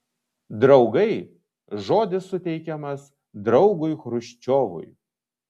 draugai žodis suteikiamas draugui chruščiovui